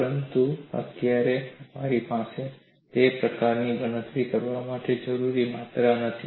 પરંતુ અત્યારે અમારી પાસે તે પ્રકારની ગણતરી કરવા માટે જરૂરી માત્રા નથી